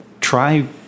Try